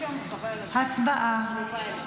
הצבעה.